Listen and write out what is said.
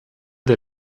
der